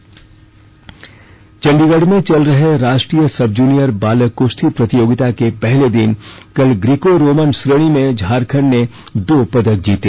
कुश्ती प्रतियोगिता चंडीगढ़ में चल रहे राष्ट्रीय सब जूनियर बालक कुश्ती प्रतियोगिता के पहले दिन कल ग्रीको रोमन श्रेणी में झारखंड ने दो पदक जीते